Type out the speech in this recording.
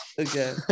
Okay